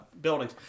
buildings